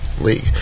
League